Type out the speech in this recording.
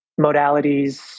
modalities